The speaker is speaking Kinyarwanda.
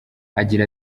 agira